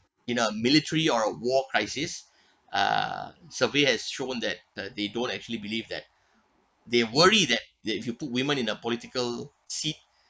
in a military or a war crisis uh survey has shown that that they don't actually believe that they worry that that if you put women in a political scene